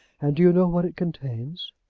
and do you know what it contains?